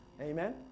Amen